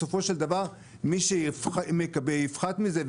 בסופו של דבר מי שיפחת מזה,